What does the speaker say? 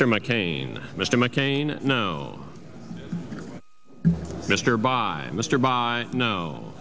sir my cane mr mccain no mr by mr by no